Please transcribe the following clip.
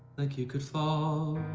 like you could fall